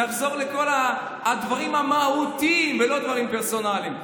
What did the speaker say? נחזור לכל הדברים המהותיים ולא דברים פרסונליים.